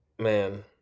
Man